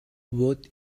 what